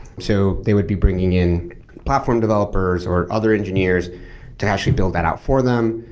so they would be bringing in platform developers, or other engineers to actually build that out for them,